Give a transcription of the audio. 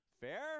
fair